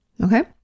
okay